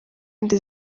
kandi